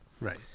Right